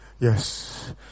Yes